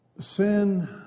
Sin